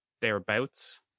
thereabouts